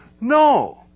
No